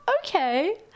okay